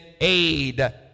aid